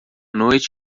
noite